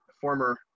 former